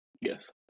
Yes